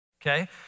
okay